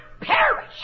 perish